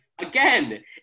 again